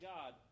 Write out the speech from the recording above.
God